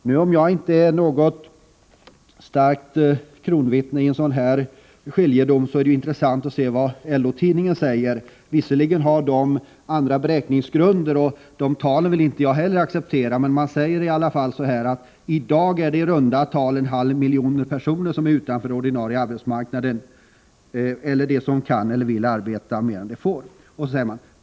Även om jag inte är något starkt kronvittne i en skiljedom, är det intressant att se vad LO-tidningen skriver. Visserligen har man där andra beräknings grunder, och det tal som redovisas vill jag inte heller acceptera. Men man skriver i alla fall så här: ”TI dag är det i runda tal 500 000 personer som befinner sig utanför den ordinarie arbetsmarknaden eller som kan och vill arbeta mer än de får.